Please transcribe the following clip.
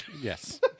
Yes